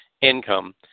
income